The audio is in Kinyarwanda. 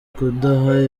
kudaha